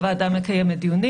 הוועדה מקיימת דיונים.